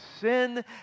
sin